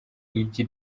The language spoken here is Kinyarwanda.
igi